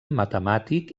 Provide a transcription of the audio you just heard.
matemàtic